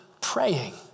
praying